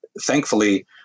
thankfully